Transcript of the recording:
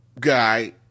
guy